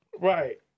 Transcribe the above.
right